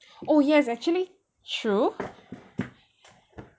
oh yes actually true